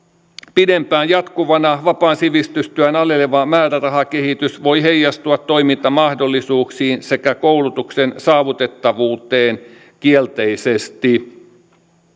pidempään jatkuvana vapaan sivistystyön aleneva määrärahakehitys voi heijastua toimintamahdollisuuksiin sekä koulutuksen saavutettavuuteen kielteisesti